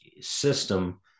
system